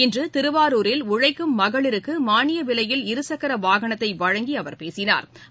இன்று திருவாரூரில் உழைக்கும் மகளிருக்கு மாளிய விலையில் இருசக்கர வாகனத்தை வழங்கி அவர் பேசினாா்